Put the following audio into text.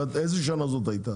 איזה שנה זו הייתה?